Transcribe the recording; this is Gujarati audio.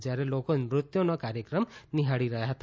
જયારે લોકો નૃત્યનો કાર્યક્રમ નિહાળી રહ્યા હતા